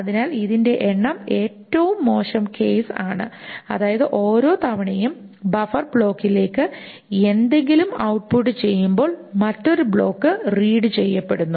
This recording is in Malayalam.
അതിനാൽ ഇതിന്റെ എണ്ണം ഏറ്റവും മോശം കേസ് ആണ് അതായത് ഓരോ തവണയും ബഫർ ബ്ലോക്കിലേക്ക് എന്തെങ്കിലും ഔട്ട്പുട്ട് ചെയ്യുമ്പോൾ മറ്റൊരു ബ്ലോക്ക് റീഡ് ചെയ്യപ്പെടുന്നു